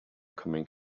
coming